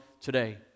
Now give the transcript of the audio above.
today